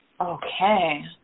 Okay